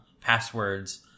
passwords